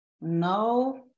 no